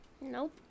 Nope